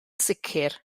sicr